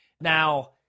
Now